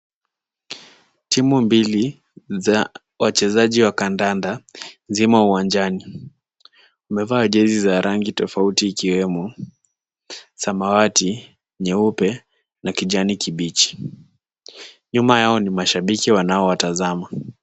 Timu mbili za wachezaji wa kandanda zimo uwanjani. Wamevaa jezi za rangi tofauti ikiwemo samawati, nyeupe, na kijani kibichi. Nyuma yao ni mashabiki wanaowatazama.